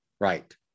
Right